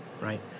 right